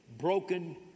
broken